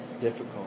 difficult